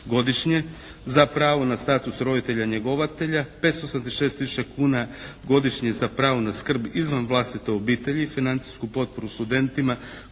godišnje za pravo na status roditelja njegovatelja, …/Govornik se ne razumije./… tisuća kuna godišnje za pravo na skrb izvan vlastite obitelji i financijsku potporu studentima,